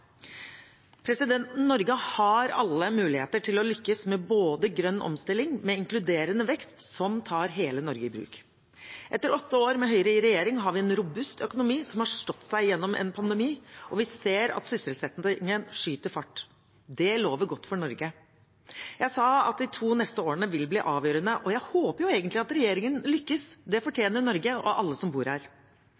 Norge har alle muligheter til å lykkes med både grønn omstilling og inkluderende vekst som tar hele Norge i bruk. Etter åtte år med Høyre i regjering har vi en robust økonomi som har stått seg gjennom en pandemi, og vi ser at sysselsettingen skyter fart. Det lover godt for Norge. Jeg sa at de to neste årene vil bli avgjørende, og jeg håper jo egentlig at regjeringen lykkes. Det